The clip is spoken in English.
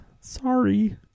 Sorry